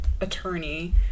attorney